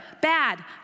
bad